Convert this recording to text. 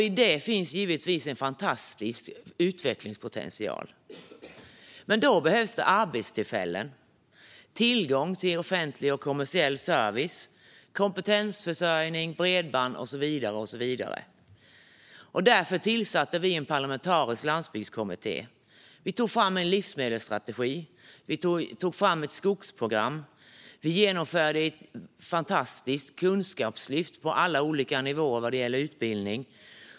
I detta finns givetvis en fantastisk utvecklingspotential. Men då behövs det arbetstillfällen, tillgång till offentlig och kommersiell service, kompetensförsörjning, bredband och så vidare. Därför tillsatte vi en parlamentarisk landsbygdskommitté. Vi tog också fram en livsmedelsstrategi och ett skogsprogram. Vi genomförde ett fantastiskt kunskapslyft på alla olika nivåer när det gäller utbildning.